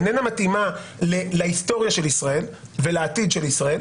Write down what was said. איננה מתאימה להיסטוריה של ישראל ולעתיד של ישראל.